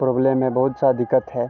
problem है बहुत सा दिक्कत है